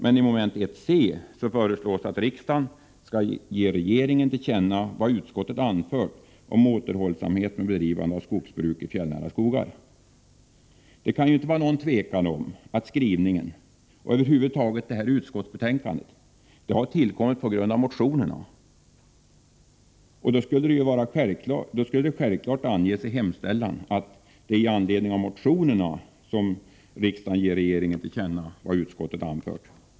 Men i mom. 1 c föreslås att riksdagen skall ge regeringen till känna vad utskottet har anfört om återhållsamhet med bedrivande av skogsbruk i fjällnära skogar. Det kan inte råda något tvivel om att den skrivningen — och över huvud taget detta utskottsbetänkande — har tillkommit på grund av motionerna. Och då skulle det självfallet anges i hemställan att riksdagen i anledning av motionerna ger regeringen till känna vad utskottet har anfört.